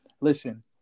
listen